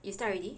you start already